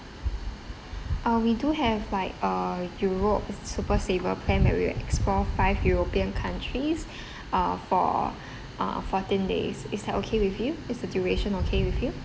uh we do have like uh europe super saver plan where we explore five european countries uh for uh fourteen days is that okay with you is the duration okay with you